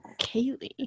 Kaylee